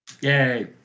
Yay